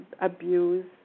abuse